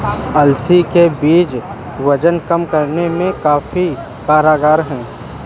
अलसी के बीज वजन कम करने में काफी कारगर है